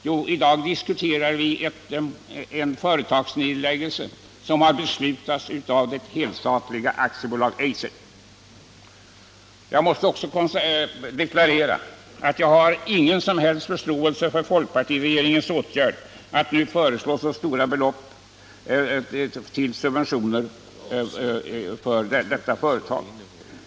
Jo, vi diskuterar en företagsnedläggelse som har beslutats av det helstatliga AB Eiser. Jag måste deklarera att jag inte har någon som helst förståelse för folkpartiregeringens åtgärd att nu föreslå så stora belopp i subventioner till detta företag.